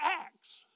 acts